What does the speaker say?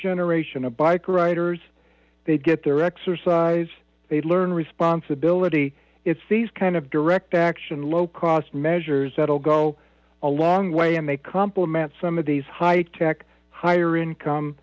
generation bike riders they'd get their exercise they learn responsibility it's these kind of direct action low cost measures that'll go a long way and they complement some of these high tech higher income